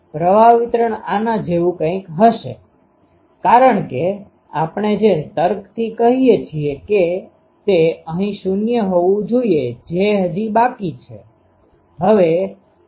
તેથી પ્રવાહ વિતરણ આના જેવું કંઈક હશે કારણ કે આપણે જે તર્કથી કહીએ છીએ કે તે અહીં શૂન્ય હોવું જોઈએ જે હજી બાકી છે